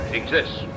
exists